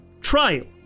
trial